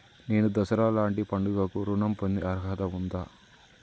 నేను దసరా లాంటి పండుగ కు ఋణం పొందే అర్హత ఉందా?